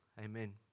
Amen